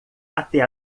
até